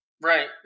Right